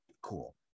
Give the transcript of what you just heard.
Cool